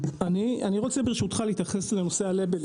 אני רוצה, ברשותך, להתייחס לנושא הלבנים.